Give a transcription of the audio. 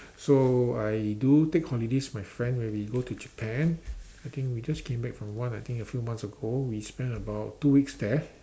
so I do take holidays with my friend where we go to Japan I think we just came back from one I think a few months ago we spend about two weeks there